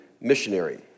missionary